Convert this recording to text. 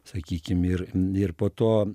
sakykim ir ir po to